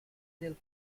del